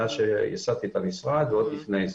מאז שייסדתי את המשרד ועוד לפני כן.